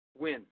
win